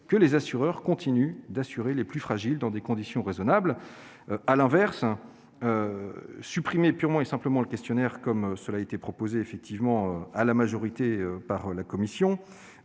que les assureurs continuent d'assurer les plus fragiles dans des conditions raisonnables. À l'inverse, supprimer le questionnaire, comme cela a été proposé à la majorité par la commission,